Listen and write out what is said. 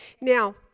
Now